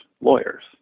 lawyers